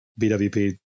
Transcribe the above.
BWP